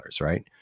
right